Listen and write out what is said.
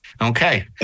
Okay